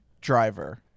driver